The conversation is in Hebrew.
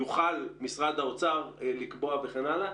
יוכל משרד האוצר לקבוע וכן הלאה,